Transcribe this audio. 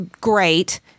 great